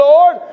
Lord